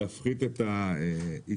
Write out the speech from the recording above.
להפחית את העיצומים